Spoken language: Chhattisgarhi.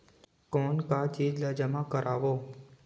कौन का चीज ला जमा करवाओ?